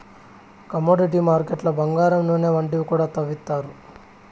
commodity మార్కెట్లు బంగారం నూనె వంటివి కూడా తవ్విత్తారు